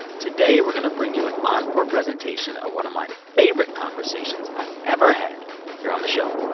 today we're going to bring you an encore presentation of one of my favorite conversations i've ever had here on the show,